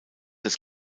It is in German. des